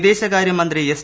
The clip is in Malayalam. വിദേശകാര്യമന്ത്രി എസ്